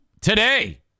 Today